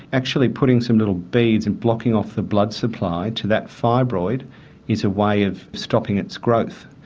actually putting some little beads and blocking off the blood supply to that fibroid is a way of stopping its growth.